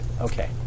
Okay